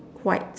white